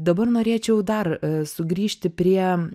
dabar norėčiau dar sugrįžti prie